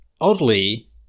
oddly